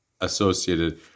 associated